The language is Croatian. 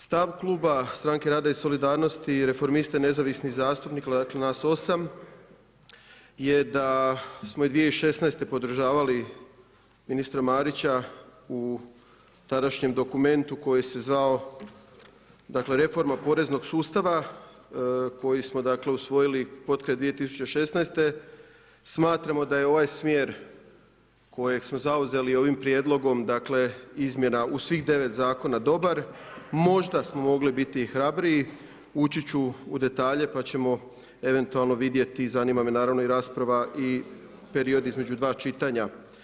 Stav kluba Stranke rada i solidarnosti, Reformista i nezavisnih zastupnika, dakle nas 8 je da smo 2016. podržavali ministra Marića u tadašnjem dokumentu koji se zvao Reforma poreznog sustava koji smo usvojili potkraj 2016., smatramo da je ovaj smjer kojeg smo zauzeli ovim prijedlogom izmjena u svih 9 zakona dobar, možda smo mogli biti hrabriji, ući ću u detalje pa ćemo eventualno vidjeti, zanima me naravno i rasprava i period između 2 čitanja.